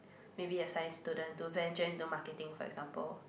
maybe you're science student to venture into marketing for example